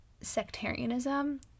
sectarianism